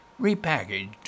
repackaged